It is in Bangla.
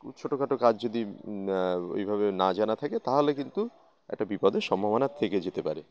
ছোটো খাটো কাজ যদি ওইভাবে না জানা থাকে তাহলে কিন্তু একটা বিপদের সম্ভাবনা থেকে যেতে পারে